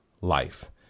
life